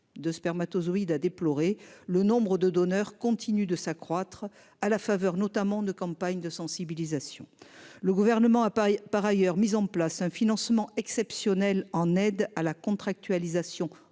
de spermatozoïdes, a déploré le nombre de donneurs continuent de s'accroître. À la faveur notamment de campagnes de sensibilisation. Le gouvernement a, par, par ailleurs mis en place un financement exceptionnel en aide à la contractualisation